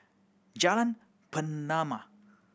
Jalan Pernama